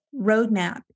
roadmap